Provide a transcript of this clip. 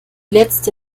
letzte